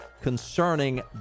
concerning